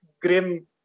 grim